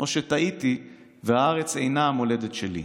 או שטעיתי והארץ אינה המולדת שלי?